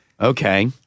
Okay